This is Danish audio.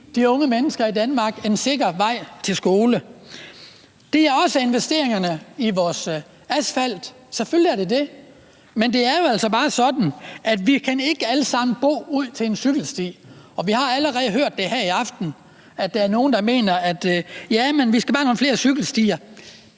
de unge mennesker i Danmark en sikker vej til skole. Det er også investeringerne i vores asfalt, selvfølgelig er det det, men det er jo altså bare sådan, at vi ikke alle sammen kan bo ud til en cykelsti. Vi har allerede hørt her i aften, at nogle mener, at vi bare skal have nogle flere cykelstier.